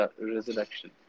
resurrection